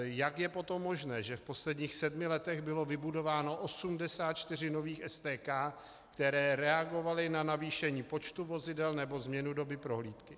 Jak je potom možné, že v posledních letech bylo vybudováno 84 nových STK, které reagovaly na navýšení počtu vozidel nebo změnu doby prohlídky?